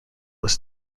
was